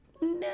no